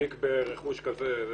מחזיק ברכוש כזה,